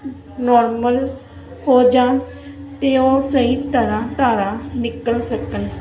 normal ਹੋ ਜਾਣ ਅਤੇ ਉਹ ਸਹੀ ਤਰ੍ਹਾਂ ਧਾਰਾਂ ਨਿਕਲ ਸਕਣ